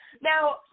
Now